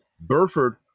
Burford